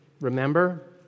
Remember